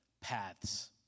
paths